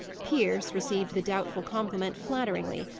pierce received the doubtful compliment flatteringly,